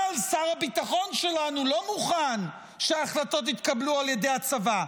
אבל שר הביטחון שלנו לא מוכן שההחלטות יתקבלו על ידי הצבא,